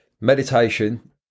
meditation